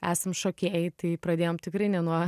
esam šokėjai tai pradėjom tikrai ne nuo